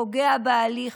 פוגע בהליך,